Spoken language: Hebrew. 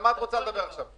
על מה את רוצה לדבר עכשיו?